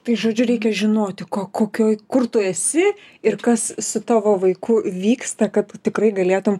tai žodžiu reikia žinoti ko kokioj kur tu esi ir kas su tavo vaiku vyksta kad tikrai galėtum